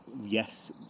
yes